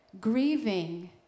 grieving